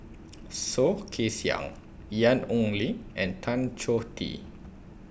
Soh Kay Siang Ian Ong Li and Tan Choh Tee